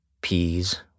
Peas